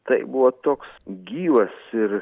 tai buvo toks gyvas ir